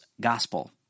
gospel